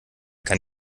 kann